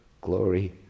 Glory